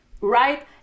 Right